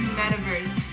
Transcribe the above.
metaverse